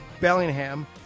Bellingham